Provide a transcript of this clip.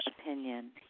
opinion